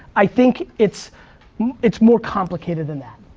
i think it's it's more complicated than that.